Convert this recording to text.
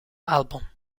album